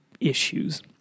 issues